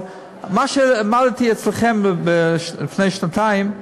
אבל מה שלמדתי אצלכם לפני שנתיים,